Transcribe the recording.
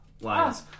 lines